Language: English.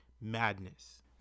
madness